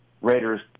Raiders